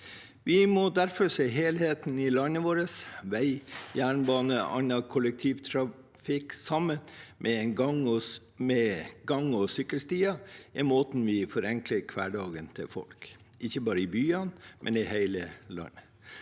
Vi må derfor se helhetlig på landet vårt. Veier, jernbane og annen kollektivtrafikk, sammen med gang- og sykkelveier, er måten vi forenkler folks hverdag på, ikke bare i byene, men i hele landet.